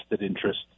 interest